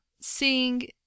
Seeing